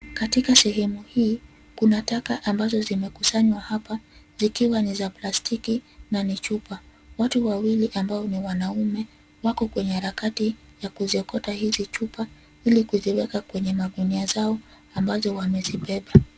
Katika sehemu hii, kuna taka ambazo zimekusanywa hapa zikiwa ni za plastiki na ni chupa. Watu wawili ambao ni wanaume, wako kwenye harakati ya kuziokota hizi chupa ili kuziweka kwenye magunia zao, ambazo wamezibeba.